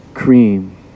cream